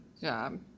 job